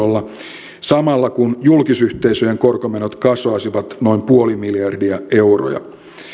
miljardilla eurolla samalla kun julkisyhteisöjen korkomenot kasvaisivat noin nolla pilkku viisi miljardia euroa